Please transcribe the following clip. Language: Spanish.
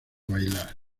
bailar